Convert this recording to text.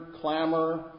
clamor